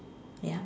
ya